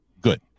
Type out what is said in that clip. good